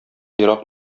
ерак